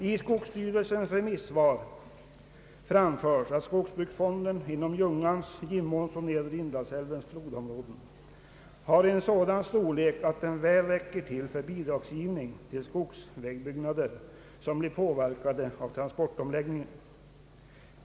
I skogsstyrelsens remissvar framförs att skogsbruksfonden inom Ljungans, Gimåns och nedre Indalsäl vens flodområden har en sådan storlek att den väl räcker till för bidragsgivning till de skogsvägbyggnader som blir påverkade av transportomläggningen.